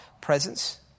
presence